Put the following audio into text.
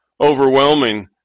overwhelming